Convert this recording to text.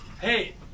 Hey